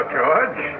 George